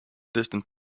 distance